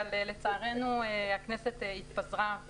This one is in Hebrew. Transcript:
אבל לצערנו הכנסת התפזרה,